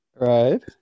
Right